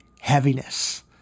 heaviness